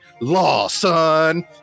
Lawson